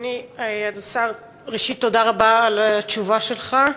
אדוני השר, ראשית, תודה רבה על התשובה שלך.